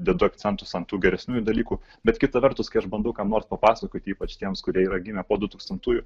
dedu akcentus ant tų geresniųjų dalykų bet kita vertus kai aš bandau kam nors papasakoti ypač tiems kurie yra gimę po dutūkstantųjų